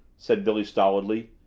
said billy stolidly.